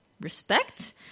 respect